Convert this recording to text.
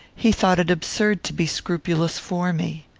he thought it absurd to be scrupulous for me.